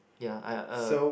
ya I uh